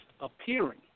appearing